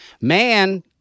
Man